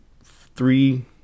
three